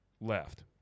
left